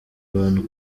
abantu